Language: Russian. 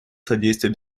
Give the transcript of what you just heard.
содействия